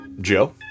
Joe